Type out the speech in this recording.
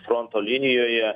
fronto linijoje